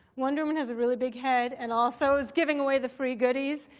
wonder woman has a really big head and also is giving away the free goodies,